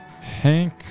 Hank